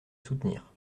soutenir